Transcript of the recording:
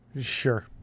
Sure